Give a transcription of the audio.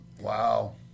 Wow